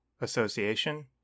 association